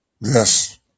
Yes